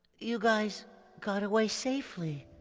you guys got away safely.